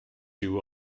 you